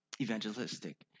evangelistic